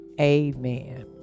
Amen